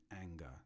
anger